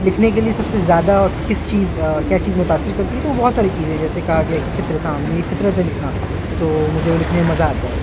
لککھنے کے لیے سب سے زیادہ کس چیز کیا چیز متاثر کرتی ہے تو وہ بہت ساری چیزیں ہیں جیسے کہا گیا ہے کہ فطرت ہاں میری فطرت ہے لکھنا تو مجھے وہ لکھنے میں مزہ آتا ہے